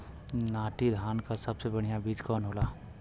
नाटी धान क सबसे बढ़िया बीज कवन होला?